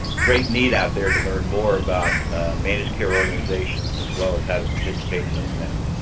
great need out there to learn more about managed care organizations as well as how to participate in those networks.